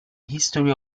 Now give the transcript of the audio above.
history